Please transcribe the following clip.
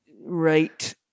right